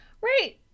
Right